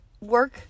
work